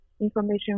information